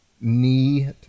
knee